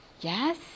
Yes